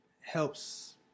helps